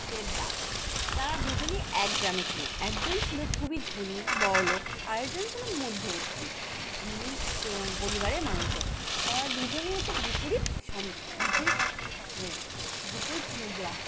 দেবদাস তারা দুজনই এক গ্রামে ছিল একজন ছিল খুবই ধনী বড়োলোক আর একজন ছিল মধ্যবর্তী পরিবারের মানুষজন তারা দুজনই হচ্ছে বিপরীত সম বিপরীত বিপরীত মুদ্রা